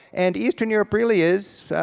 and eastern europe really is,